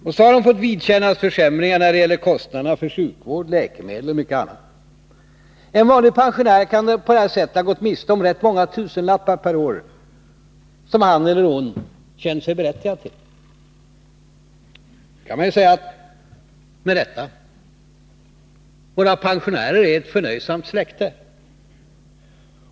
Därtill har de fått vidkännas försämringar när det gäller kostnaderna för sjukvård, läkemedel och mycket annat. En vanlig pensionär kan på det här sättet ha gått miste om rätt många tusenlappar per år, som han eller hon känt sig berättigad till. Nu kan man ju säga — och med rätta — att pensionärer är ett förnöjsamt släkte.